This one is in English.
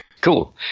Cool